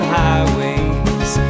highways